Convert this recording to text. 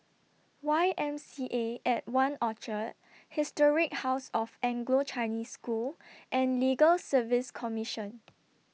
Y M C A At one Orchard Historic House of Anglo Chinese School and Legal Service Commission